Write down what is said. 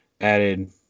Added